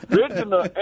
Original